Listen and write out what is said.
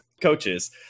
coaches